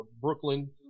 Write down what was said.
Brooklyn